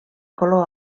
color